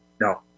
No